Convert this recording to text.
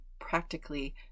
practically